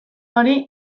hori